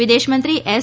વિદેશમંત્રી એસ